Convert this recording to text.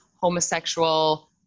homosexual